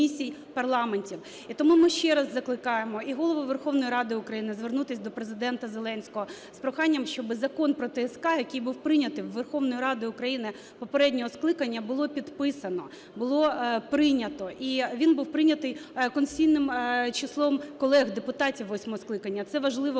І тому ми ще раз закликаємо і Голову Верховної Ради України звернутися до Президента Зеленського з проханням, щоби Закон про ТСК, який був прийнятий Верховною Радою України попереднього скликання, було підписано, було прийнято, і… він був прийнятий конституційним числом колег депутатів восьмого скликання. Це важливо